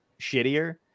shittier